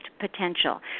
potential